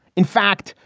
in fact,